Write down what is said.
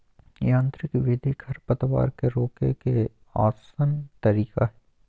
यांत्रिक विधि खरपतवार के रोके के आसन तरीका हइ